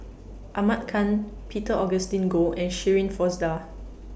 Ahmad Khan Peter Augustine Goh and Shirin Fozdar